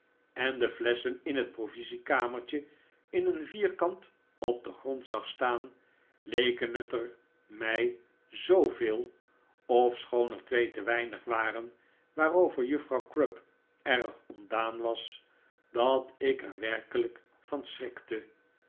en de flesschen in het provisiekamertje in een vierkant op den grond zag staan leken het er mij zooveel ofschoon er twee te weinig waren waarover juffrouw crupp erg ontdaan was dat ik er werkelijk van schrikte